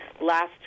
last